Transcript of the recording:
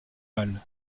mal